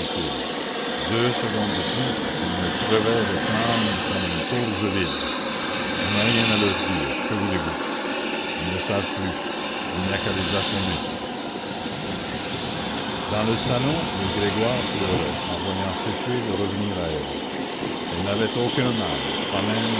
deux secondes de plus et ils me crevaient le crâne comme une courge vide on n'a rien à leur dire que voulez-vous ils ne savent plus il n'y a qu'à les assommer dans le salon les grégoire pleuraient en voyant cécile revenir à elle elle n'avait aucun mal pas même